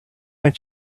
want